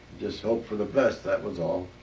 just hoped for the best. that was all.